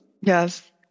Yes